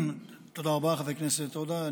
תודה רבה, חבר הכנסת עודה.